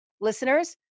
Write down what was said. listeners